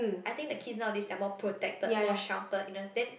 I think the kids nowadays are more protected more sheltered in a then